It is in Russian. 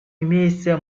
имеется